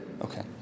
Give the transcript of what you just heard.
Okay